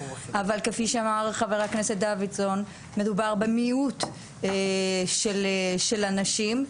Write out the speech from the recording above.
אבל כפי שאמר חבר הכנסת דוידסון מדובר במיעוט של אנשים,